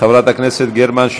חברת הכנסת גרמן,